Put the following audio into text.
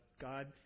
God